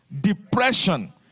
depression